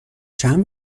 چند